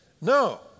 No